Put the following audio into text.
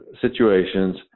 situations